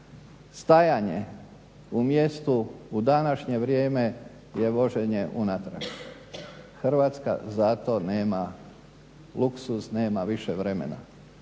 stajanje u mjestu u današnje vrijeme je voženje unatrag. Hrvatska zato nema luksuz, nema više vremena.